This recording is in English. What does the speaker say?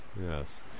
Yes